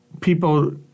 people